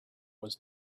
was